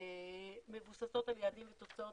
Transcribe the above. מבוססות על יעדים ותוצאות.